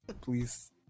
please